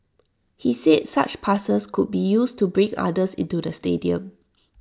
he said such passes could be used to bring others into the stadium